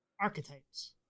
archetypes